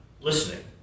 listening